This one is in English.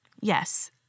yes